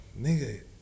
Nigga